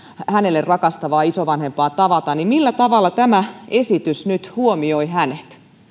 hänen rakastavaa isovanhempaansa tavata millä tavalla tämä esitys nyt huomioi hänet